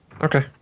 Okay